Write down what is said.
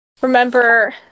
remember